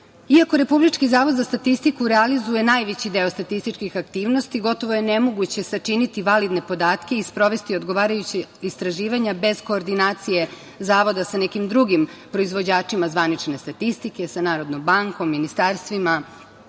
Republički zavod za statistiku realizuje najveći deo statističkih aktivnosti, gotovo je nemoguće sačiniti validne podatke i sprovesti odgovarajuća istraživanja bez koordinacije Zavoda sa nekim drugim proizvođačima zvanične statistike, sa Narodnom bankom, ministarstvima,